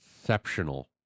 exceptional